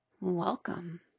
Welcome